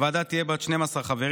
הוועדה תהיה בת 12 חברים,